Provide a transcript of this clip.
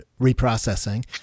reprocessing